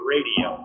Radio